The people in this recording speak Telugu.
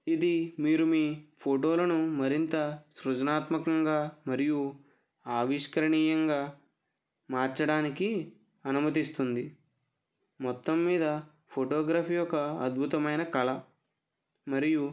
ఇది మీరు మీ ఫోటోలను మరింత సృజనాత్మకంగా మరియు ఆకర్షణీయంగా మార్చడానికి అనుమతిస్తుంది మొత్తం మీద ఫోటోగ్రఫీ ఒక అద్భుతమైన కళ మరియు